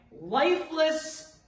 lifeless